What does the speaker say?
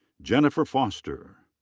jennifer foster.